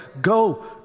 go